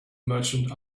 merchant